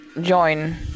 join